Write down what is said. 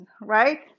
right